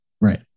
Right